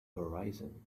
horizon